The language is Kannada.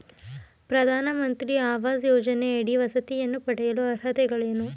ಪ್ರಧಾನಮಂತ್ರಿ ಆವಾಸ್ ಯೋಜನೆಯಡಿ ವಸತಿಯನ್ನು ಪಡೆಯಲು ಅರ್ಹತೆಗಳೇನು?